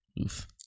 oof